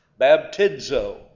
baptizo